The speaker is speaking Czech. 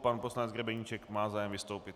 Pan poslanec Grebeníček má zájem vystoupit.